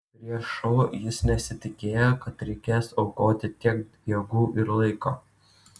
prieš šou jis nesitikėjo kad reikės aukoti tiek jėgų ir laiko